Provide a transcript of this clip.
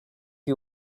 you